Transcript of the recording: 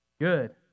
Good